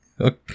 Okay